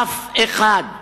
אף אחד.